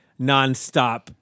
nonstop